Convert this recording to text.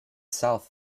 south